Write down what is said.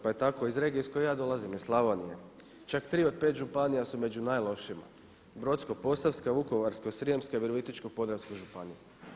Pa je tako iz regije iz koje ja dolazim iz Slavonije, čak 3 od 5 županija su među najlošijima Brodsko-posavska, Vukovarsko-srijemska i Virovitičko-podravska županija.